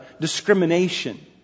discrimination